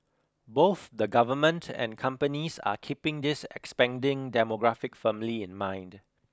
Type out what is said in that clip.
both the government and companies are keeping this expanding demographic firmly in mind